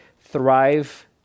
thrive